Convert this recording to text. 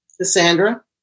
Cassandra